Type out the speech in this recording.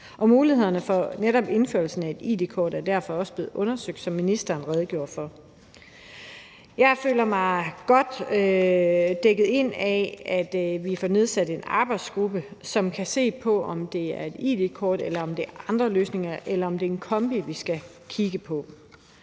Og muligheden for netop indførelsen af et id-kort er derfor også blevet undersøgt, sådan som ministeren redegjorde for. Jeg føler mig godt dækket ind af, at vi får nedsat en arbejdsgruppe, som kan se på, om det, vi skal kigge på, er et id-kort, andre løsninger eller en kombiløsning.